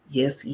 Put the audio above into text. Yes